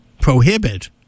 prohibit